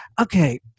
Okay